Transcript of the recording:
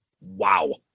Wow